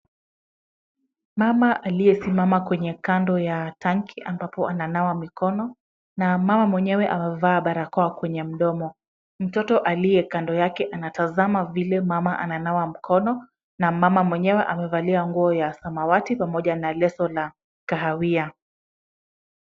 Mama aliyesimama kwenye kando ya tanki ambapo ananawa mikono na mama mwenyewe amevaa barakoa kwenye mdomo. Mtoto aliye kando yake anatazama vile mama ananawa mkono na mama mwenyewe amevalia nguo ya samawati pamoja na leso la kahawia.